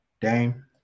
Dame